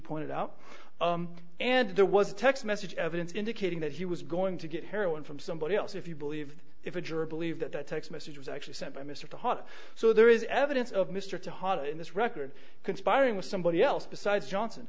pointed out and there was a text message evidence indicating that he was going to get heroin from somebody else if you believe if a jury believed that the text message was actually sent by mr hot so there is evidence of mr taha in this record conspiring with somebody else besides johnson